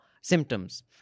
symptoms